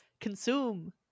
Consume